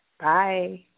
Bye